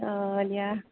অঁ দিয়া